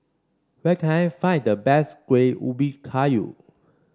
where can I find the best Kueh Ubi Kayu